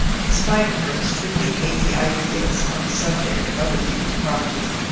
in spite of her extremely hazy ideas on the subject of other people's property,